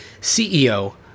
CEO